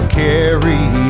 carry